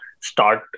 start